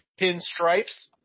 pinstripes